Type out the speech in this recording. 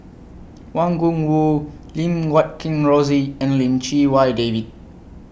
Wang Gungwu Lim Guat Kheng Rosie and Lim Chee Wai David